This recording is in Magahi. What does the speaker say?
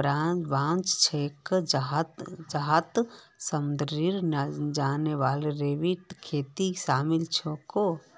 ब्रांच छिके जहात समुंदरेर जानवरेर खेती शामिल छेक